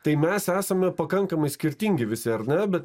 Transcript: tai mes esame pakankamai skirtingi visi ar ne bet